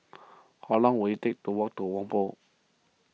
how long will it take to walk to Whampoa